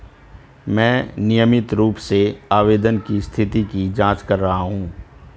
मैं नियमित रूप से आवेदन की स्थिति की जाँच कर रहा हूँ